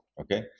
Okay